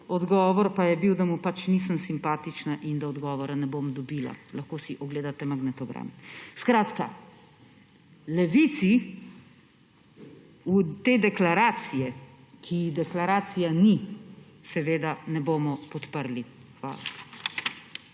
odgovor pa je bil, da mu nisem simpatična in da odgovora ne bom dobila. Lahko si ogledate magnetogram. V Levici te deklaracije, ki deklaracija ni, seveda ne bomo podprli. Hvala.